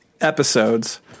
episodes